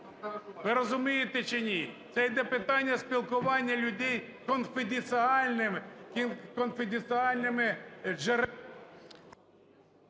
ви розумієте чи ні? Це йде питання спілкування людей конфіденціальними…